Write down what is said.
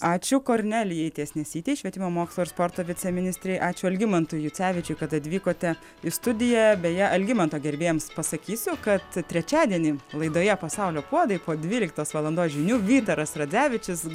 ačiū kornelijai tiesnesytei švietimo mokslo ir sporto viceministrei ačiū algimantui jucevičiui kad atvykote į studiją beje algimanto gerbėjams pasakysiu kad trečiadienį laidoje pasaulio puodai po dvyliktos valandos žinių vytaras radevičius